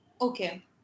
Okay